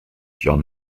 john